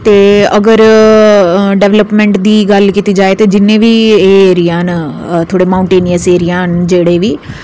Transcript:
ते अगर डेवल्पमेंट दी गल्ल कीती जा ते जिन्ने बी एह् एरिया न थोह्ड़े माऊंटेन एरिया न जेह्ड़े बी